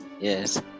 yes